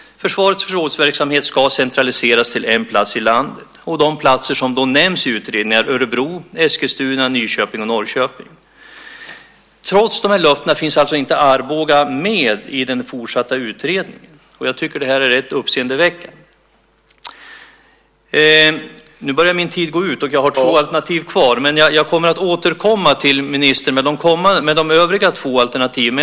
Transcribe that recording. Försvarets förrådsverksamhet ska centraliseras till en plats i landet. De platser som nämns i utredningen är Örebro, Eskilstuna, Nyköping och Norrköping. Trots de löftena finns alltså inte Arboga med i den fortsatta utredningen. Jag tycker att det är rätt uppseendeväckande. Nu börjar min talartid gå ut, och jag har två alternativ kvar. Men jag kommer att återkomma till ministern med de övriga två alternativen.